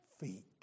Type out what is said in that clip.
feet